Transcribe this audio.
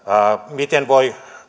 miten voi